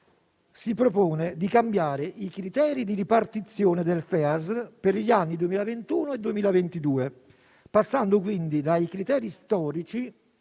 si propone di cambiare i criteri di ripartizione del FEASR per gli anni 2021 e 2022, passando quindi dai criteri storici